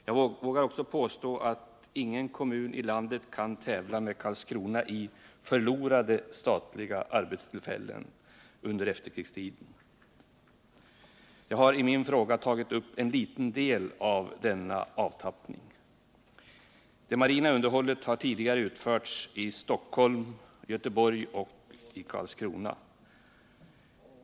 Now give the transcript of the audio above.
Jag vågar också påstå att ingen kommun i landet kan tävla med Karlskrona i förlorade statliga arbetstillfällen under efterkrigstiden. Jag har i min fråga tagit upp en liten del av denna avtappning. Det marina underhållet har tidigare utförts i Stockholm, Göteborg och Karlskrona.